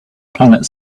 planet